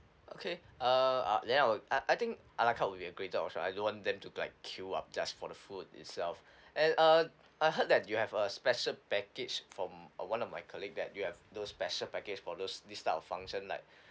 okay err uh then I will I I think a la carte will be a greater option I don't want them to like queue up just for the food itself and uh I heard that you have a special package from uh one of my colleague that you have those special package for those this type of function like